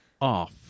off